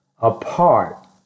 apart